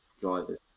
drivers